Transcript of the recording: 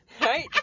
Right